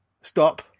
stop